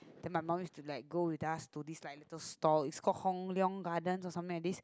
then my mum is like go with us to this like the stall is called Hong-Leong garden or something like this